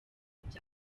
bya